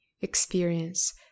experience